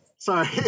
Sorry